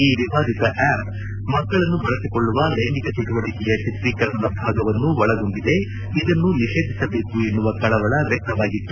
ಈ ವಿವಾದಿತ ಆ್ಕಪ್ ಮಕ್ಕಳನ್ನು ಬಳಸಿಕೊಳ್ಳುವ ಲೈಂಗಿಕ ಚಟುವಟಕೆಯ ಚಿತ್ರೀಕರಣದ ಭಾಗವನ್ನು ಒಳಗೊಂಡಿದೆ ಇದನ್ನು ನಿಷೇಧಿಸಬೇಕು ಎನ್ನುವ ಕಳವಳ ವ್ಯಕ್ತವಾಗಿತ್ತು